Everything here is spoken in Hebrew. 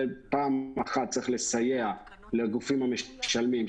פעם אחת צריך לסייע לגופים המשלמים,